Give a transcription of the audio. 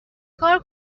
کار